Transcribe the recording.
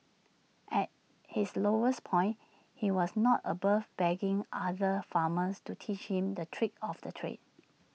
at his lowest point he was not above begging other farmers to teach him the tricks of the trade